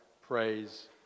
Praise